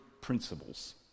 principles